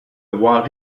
voir